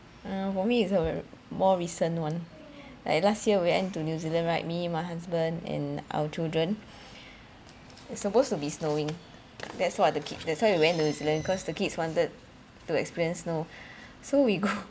uh for me it's uh more recent one like last year we went to new zealand right me and my husband and our children it's supposed to be snowing that's what the kid that's why we went to new zealand because the kids wanted to experience snow so we go